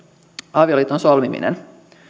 avioliiton solmiminen